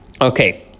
Okay